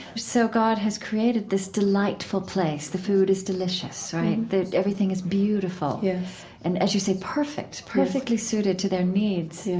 so god has created this delightful place, the food is delicious, right? everything is beautiful yeah and, as you say, perfect, perfectly suited to their needs.